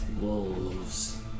Wolves